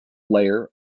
layer